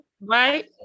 right